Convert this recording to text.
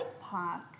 Park